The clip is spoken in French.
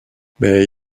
mais